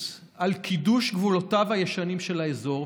על קידוש גבולותיו הישנים של האזור,